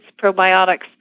probiotics